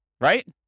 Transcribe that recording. Right